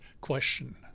question